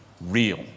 real